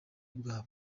bwabo